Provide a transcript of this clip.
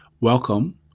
Welcome